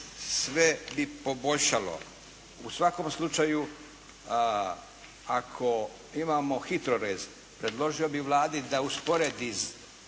sve bi poboljšalo. U svakom slučaju ako imamo HITRORez predložio bih Vladi da usporedi